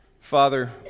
Father